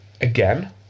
again